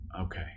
Okay